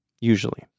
Usually